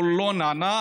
הוא לא נענה.